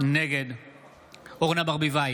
נגד אורנה ברביבאי,